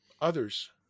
others